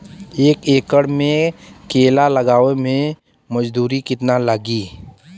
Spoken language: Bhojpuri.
एक एकड़ में केला लगावे में मजदूरी कितना लागी?